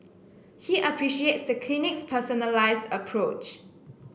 he appreciates the clinic's personalized approach